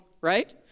right